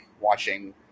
watching